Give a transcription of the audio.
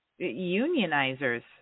unionizers